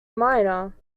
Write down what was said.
miner